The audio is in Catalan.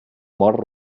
mort